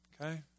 okay